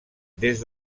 des